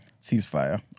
ceasefire